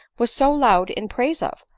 was so loud in praise of!